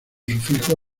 sufijo